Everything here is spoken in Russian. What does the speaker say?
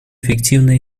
эффективно